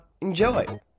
enjoy